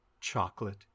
chocolate